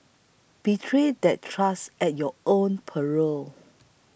betray that trust at your own peril